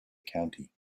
county